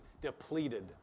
depleted